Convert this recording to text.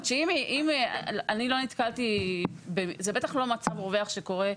זה בטח לא מצב רווח שקורה,